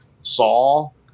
Saul